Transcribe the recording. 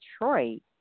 Detroit